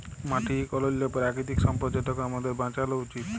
মাটি ইক অলল্য পেরাকিতিক সম্পদ যেটকে আমাদের বাঁচালো উচিত